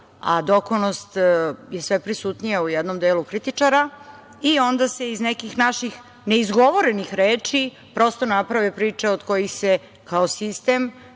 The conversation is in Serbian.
a dokonost je sve prisutnija u jednom delu kritičara i onda se iz nekih naših neizgovorenih reči prosto naprave priče od kojih se kao sistem